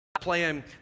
playing